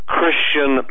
Christian